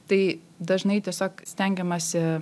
tai dažnai tiesiog stengiamasi